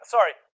Sorry